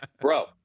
Bro